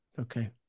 Okay